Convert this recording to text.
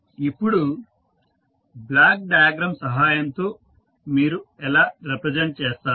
ఇప్పుడు block diagram సహాయంతో మీరు ఎలా రిప్రజెంట్ చేస్తారు